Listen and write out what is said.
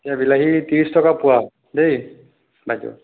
এতিয়া বিলাহী ত্ৰিছ টকা পোৱা দেই বাইদেউ